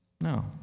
No